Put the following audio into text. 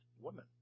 women